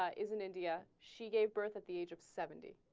ah is in india she gave birth at the age of seventy